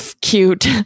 cute